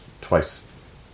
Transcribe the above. twice